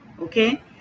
okay